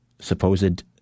supposed